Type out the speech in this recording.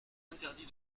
interdit